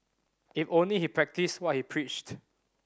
if only he practised what he preached